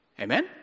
Amen